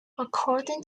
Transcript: according